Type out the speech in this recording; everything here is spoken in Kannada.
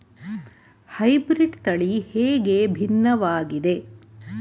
ಹೈಬ್ರೀಡ್ ತಳಿ ಹೇಗೆ ಭಿನ್ನವಾಗಿದೆ?